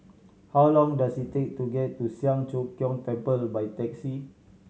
how long does it take to get to Siang Cho Keong Temple by taxi